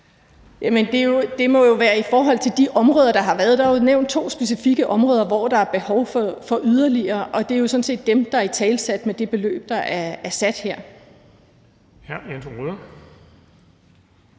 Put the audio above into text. det må jo være i forhold til de områder, der har været nævnt. Der er jo nævnt to specifikke områder, hvor der er behov for yderligere, og det er jo sådan set dem, der er italesat med det beløb, der er afsat her. Kl. 15:32 Den